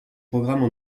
programmes